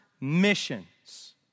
missions